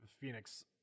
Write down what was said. Phoenix